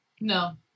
No